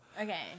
Okay